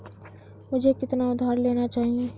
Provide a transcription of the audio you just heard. मुझे कितना उधार लेना चाहिए?